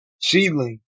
seedling